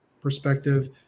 perspective